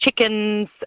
Chickens